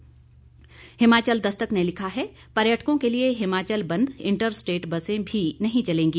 जबकि हिमाचल दस्तक ने लिखा है पर्यटकों के लिए हिमाचल बंद इंटर स्टेट बसें भी नहीं चलेंगी